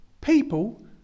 people